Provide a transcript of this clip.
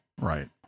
right